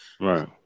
right